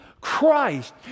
Christ